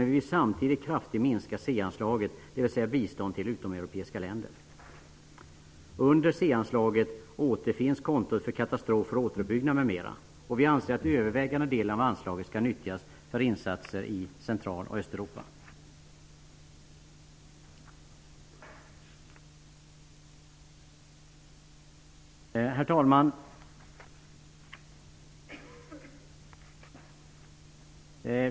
Vi vill samtidigt kraftigt minska C Under C-anslaget återfinns kontot för katastrofer och återuppbyggnad m.m. Vi anser att övervägande delen av anslaget skall nyttjas för insatser i Central och Östeuropa. Herr talman!